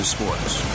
Sports